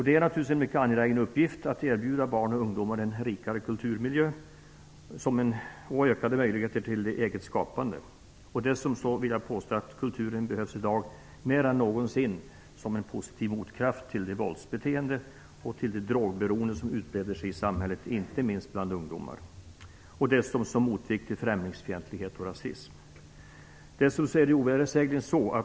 Det är naturligtvis en mycket angelägen uppgift att erbjuda barn och ungdomar en rikare kulturmiljö och ökade möjligheter till ett eget skapande. Jag vill dessutom påstå att kulturen i dag behövs mer än någonsin som en positiv motvikt till det våldsbeteende och det drogberoende som utbreder sig i samhället, inte minst bland ungdomar, och det behövs som en motvikt till främlingsfientlighet och rasism.